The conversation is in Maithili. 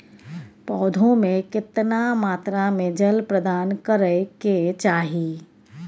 पौधों में केतना मात्रा में जल प्रदान करै के चाही?